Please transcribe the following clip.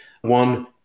One